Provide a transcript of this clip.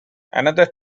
another